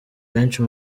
benshi